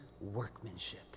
workmanship